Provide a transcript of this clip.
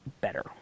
better